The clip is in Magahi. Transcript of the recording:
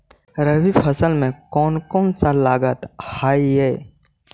रबी फैसले मे कोन कोन सा लगता हाइय?